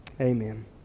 Amen